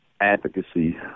advocacy